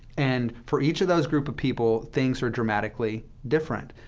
and for each of those group of people, things are dramatically different.